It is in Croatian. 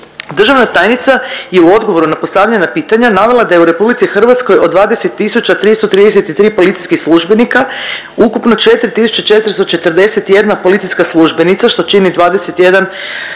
Državna tajnica je u odgovoru na postavljena pitanja navela da je u RH od 20.333 policijskih službenika ukupno 4.441 policijska službenica što čini